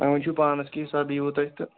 وۄںۍ وٕچھِو پانَس کیٛاہ حِساب ییٖوٕ تۄہہِ تہٕ